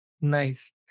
nice